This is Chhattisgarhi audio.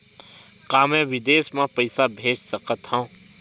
का मैं विदेश म पईसा भेज सकत हव?